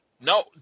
No